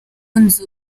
nzu